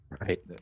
Right